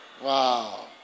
Wow